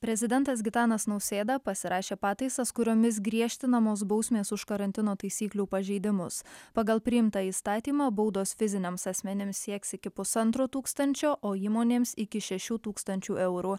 prezidentas gitanas nausėda pasirašė pataisas kuriomis griežtinamos bausmės už karantino taisyklių pažeidimus pagal priimtą įstatymą baudos fiziniams asmenims sieks iki pusantro tūkstančio o įmonėms iki šešių tūkstančių eurų